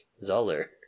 Zoller